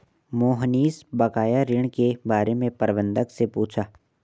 मोहनीश बकाया ऋण के बारे में प्रबंधक से पूछा